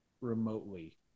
remotely